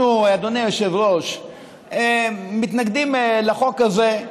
אנחנו, אדוני היושב-ראש, מתנגדים לחוק הזה,